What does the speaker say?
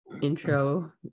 intro